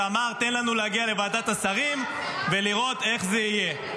ואמר תן לנו להגיע לוועדת השרים ולראות איך זה יהיה.